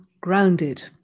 grounded